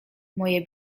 moje